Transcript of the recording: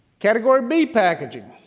category b packaging.